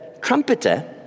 trumpeter